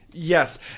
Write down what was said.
Yes